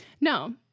no